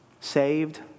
Saved